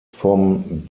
vom